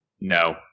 No